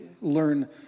learn